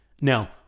Now